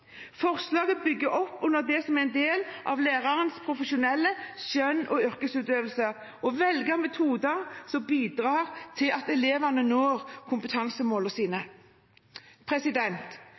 Forslaget bygger opp under at det er en del av lærernes profesjonelle skjønn og yrkesutøvelse å velge metoder som bidrar til at elevene når